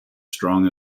strong